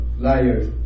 liars